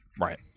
right